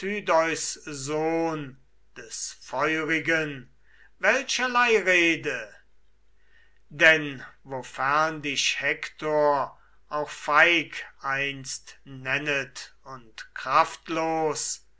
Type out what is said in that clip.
sohn des feurigen welcherlei rede denn wofern dich hektor auch feig einst nennet und kraftlos